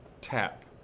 tap